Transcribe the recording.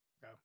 go